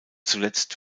zuletzt